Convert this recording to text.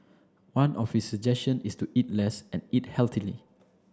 one of his suggestion is to eat less and eat healthily